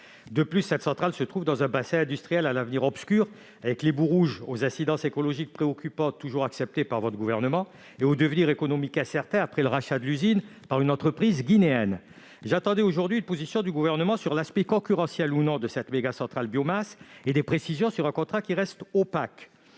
De plus, cette centrale se trouve dans un bassin industriel à l'avenir obscur, avec les boues rouges aux incidences écologiques préoccupantes- toujours acceptées par votre gouvernement -, et au devenir économique incertain après le rachat de l'usine par une entreprise guinéenne. J'attendais aujourd'hui une position du Gouvernement sur l'aspect concurrentiel ou non de cette méga-centrale biomasse et des précisions sur un contrat qui reste opaque.